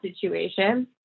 situation